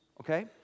okay